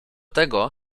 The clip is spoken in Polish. tego